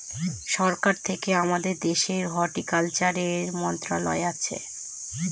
সরকার থেকে আমাদের দেশের হর্টিকালচারের মন্ত্রণালয় আছে